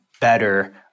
better